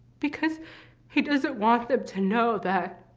because he doesn't want them to know that